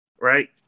Right